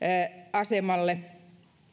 jäteasemalle